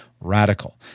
RADICAL